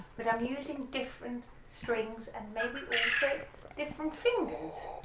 but i'm using different strings and maybe also different fingers